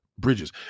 bridges